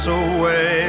away